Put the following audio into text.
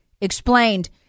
explained